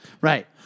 right